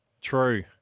true